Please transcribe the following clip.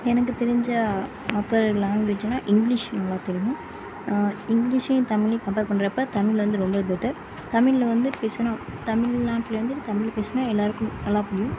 எனக்கு தெரிஞ்ச மற்ற லாங்குவேஜ்னால் இங்கிலீஷ் நல்லா தெரியும் இங்கிலீஷையும் தமிழையும் கம்பேர் பண்ணுறப்ப தமிழ் வந்து ரொம்பவே பெட்டர் தமிழில் வந்து பேசினா தமிழ்நாட்டில் இருந்துட்டு தமிழ் பேசினா எல்லாேருக்கும் நல்லா புரியும்